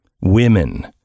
women